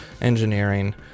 engineering